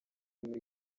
muri